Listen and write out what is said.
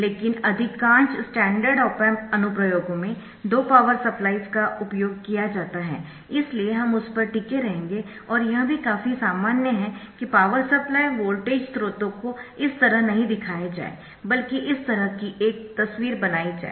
लेकिन अधिकांश standard op amp अनुप्रयोगों में दो पावर सप्लाइज का उपयोग किया जाता है इसलिए हम उस पर टिके रहेंगे और यह भी काफी सामान्य है कि पावर सप्लाई वोल्टेज स्रोतों को इस तरह नहीं दिखाया जाए बल्कि इस तरह की एक तस्वीर बनाई जाए